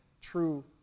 true